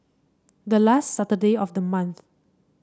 the last Saturday of the month